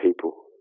people